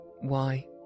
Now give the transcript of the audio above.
Why